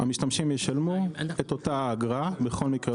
המשתמשים ישלמו את אותה אגרה בכל מקרה.